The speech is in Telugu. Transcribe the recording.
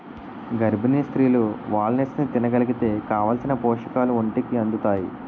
గర్భిణీ స్త్రీలు వాల్నట్స్ని తినగలిగితే కావాలిసిన పోషకాలు ఒంటికి అందుతాయి